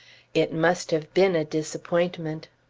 it must have been a disappointment!